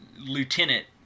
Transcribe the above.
lieutenant